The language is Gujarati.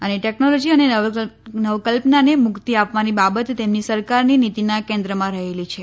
અને ટેક્નોલોજી અને નવકલ્પનાને મુક્તિ આપવાની બાબત તેમની સરકારની નીતિના કેન્દ્રમાં રહેલી છે